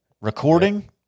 recording